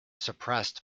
suppressed